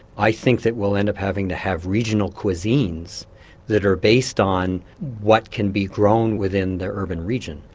i think that we'll end up having to have regional cuisines that are based on what can be grown within the urban region.